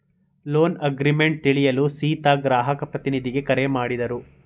loan agreement ತಿಳಿಯಲು ಸೀತಾ ಗ್ರಾಹಕ ಪ್ರತಿನಿಧಿಗೆ ಕರೆ ಮಾಡಿದರು